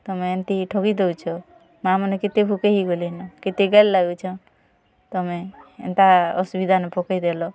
ତମେ ଏନ୍ତି ଠକି ଦଉଚ ମା'ମାନେ କେତେ ଭୁକେ ହେଇଗଲେନ କେତେ ଗାଲ୍ ଲାଗୁଚ ତମେ ଏନ୍ତା ଅସୁବିଧାନେ ପକେଇଦେଲ